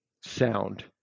sound